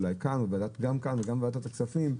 אולי כאן וגם בוועדת הכספים,